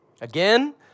again